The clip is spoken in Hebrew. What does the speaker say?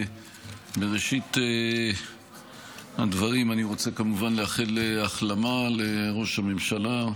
בראשית הדברים אני רוצה כמובן לאחל החלמה לראש הממשלה,